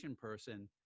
person